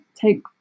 take